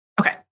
Okay